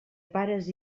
pares